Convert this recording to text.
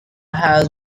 has